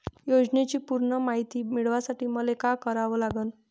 योजनेची पूर्ण मायती मिळवासाठी मले का करावं लागन?